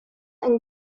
and